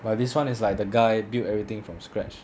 but this [one] is like the guy build everything from scratch